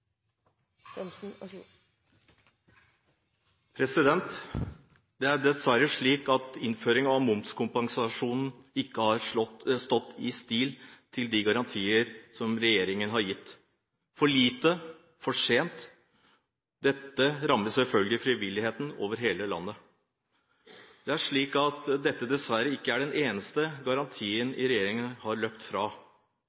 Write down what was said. dessverre slik at innføring av momskompensasjon ikke har stått i stil med de garantier som regjeringen har gitt – for lite, for sent. Dette rammer selvfølgelig frivilligheten over hele landet. Det er slik at dette dessverre ikke er den eneste garantien